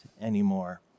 anymore